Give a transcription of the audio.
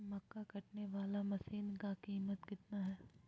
मक्का कटने बाला मसीन का कीमत कितना है?